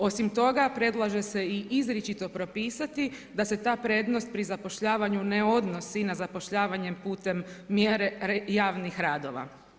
Osim toga, predlaže se i izričito propisati da se ta prednost pri zapošljavanju ne odnosi na zapošljavanje putem mjere javnih radova.